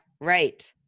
right